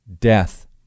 death